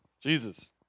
Jesus